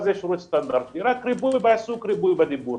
רק ריפוי בעיסוק וריפוי בדיבור.